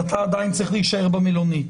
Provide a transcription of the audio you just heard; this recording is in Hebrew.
הבן אדם עדיין צריך להישאר במלונית.